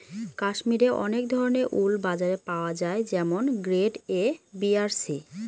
কাশ্মিরে অনেক ধরনের উল বাজারে পাওয়া যায় যেমন গ্রেড এ, বি আর সি